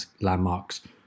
landmarks